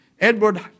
Edward